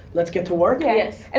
let's get to work. yeah. and